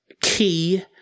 key